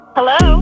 Hello